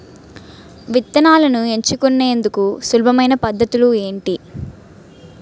విత్తనాలను ఎంచుకునేందుకు సులభమైన పద్ధతులు ఏంటి?